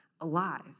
alive